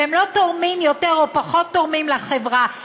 והם לא תורמים יותר או פחות תורמים לחברה,